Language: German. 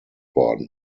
worden